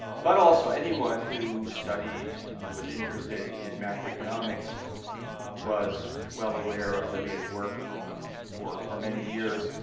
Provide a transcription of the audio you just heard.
but also, anyone who studied, who was interested in macroeconomics was well aware of olivier's work for for many years.